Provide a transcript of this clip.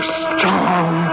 strong